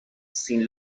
sin